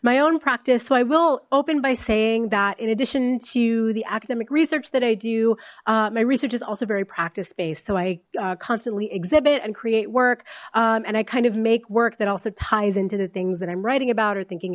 my own practice so i will open by saying that in addition to the academic research that i do my research is also very practice based so i constantly exhibit and create work and i kind of make work that also ties in to the things that i'm writing about or thinking